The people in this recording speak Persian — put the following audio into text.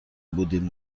بودیم